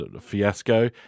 fiasco